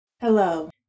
Hello